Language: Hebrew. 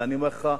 ואני אומר לך,